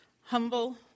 humble